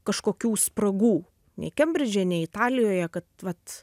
kažkokių spragų nei kembridže nei italijoje kad vat